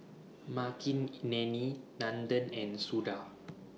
Makineni Nandan and Suda